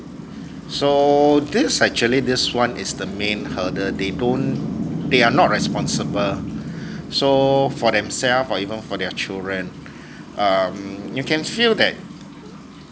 so this actually this one is the main hurdle they don't they are not responsible so for themselves or even for their children um you can feel that